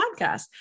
podcast